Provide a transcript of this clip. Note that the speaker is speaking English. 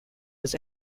his